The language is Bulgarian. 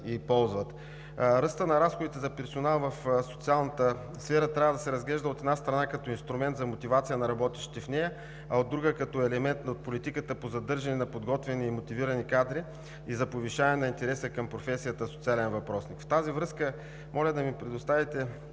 и ползват. Ръстът на разходите за персонал в социалната сфера трябва да се разглежда, от една страна, като инструмент за мотивация на работещите в нея, а, от друга, като елемент от политиката по задържане на подготвени и мотивирани кадри и за повишаване на интереса към професията „социален работник“. В тази връзка моля да ми предоставите